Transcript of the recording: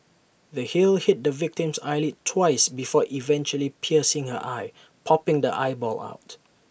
the heel hit the victim's eyelid twice before eventually piercing her eye popping the eyeball out